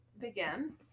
begins